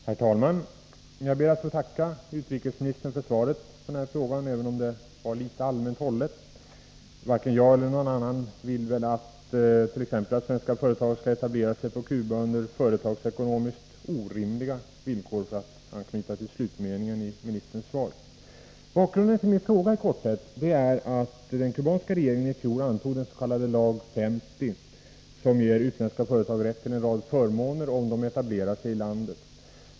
Herr talman! Jag ber att få tacka utrikesministern för svaret på min fråga, även om det var allmänt hållet. Varken jag eller någon annan vill väl att svenska företag skall etablera sig på Cuba under företagsekonomiskt orimliga villkor, för att anknyta till slutmeningen i utrikesministerns svar. Bakgrunden till min fråga är i korthet att den kubanska regeringen i fjol antog den s.k. lag 50, som ger utländska företag rätt till en rad förmåner om de etablerar sig i landet.